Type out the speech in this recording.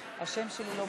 סעיפים 1 2